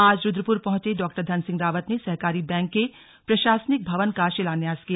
आज रुद्रपुर पहंचे डॉ धन सिंह रावत ने सहकारी बैंक के प्रशासनिक भवन का शिलान्यास किया